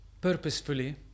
purposefully